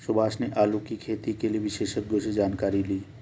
सुभाष ने आलू की खेती के लिए विशेषज्ञों से जानकारी ली